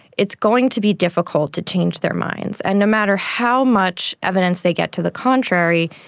it's going to be difficult to change their minds, and no matter how much evidence they get to the contrary,